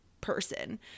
person